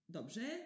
Dobrze